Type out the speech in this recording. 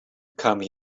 come